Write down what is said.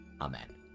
Amen